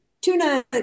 tuna